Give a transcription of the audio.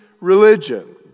religion